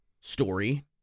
story